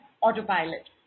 autopilot